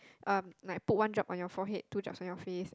um like put one drop on your forehead two drops on your face